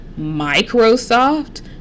microsoft